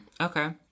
Okay